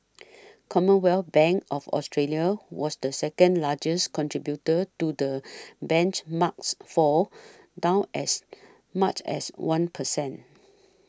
Commonwealth Bank of Australia was the second largest contributor to the benchmark's fall down as much as one per cent